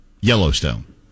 Yellowstone